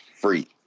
free